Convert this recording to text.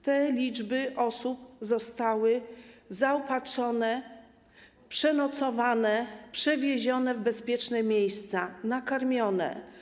Te rzesze osób zostały zaopatrzone, przenocowane, przewiezione w bezpieczne miejsca, nakarmione.